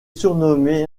surnommé